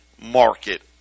market